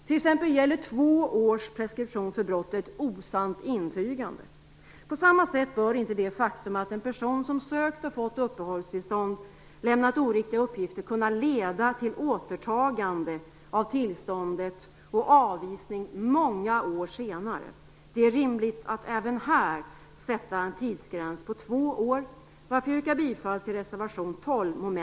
T.ex. gäller två års preskription för brottet osant intygande. På samma sätt bör inte det faktum att en person som sökt och fått uppehållstillstånd lämnat oriktiga uppgifter kunna leda till återtagande av tillståndet och avvisning många år senare. Det är rimligt att även här sätta en tidsgräns på två år, varför jag yrkar bifall till reservation 12 mom.